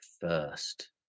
first